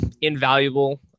invaluable